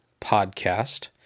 Podcast